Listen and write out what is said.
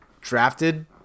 drafted